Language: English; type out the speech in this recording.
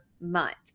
month